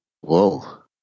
Whoa